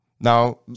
Now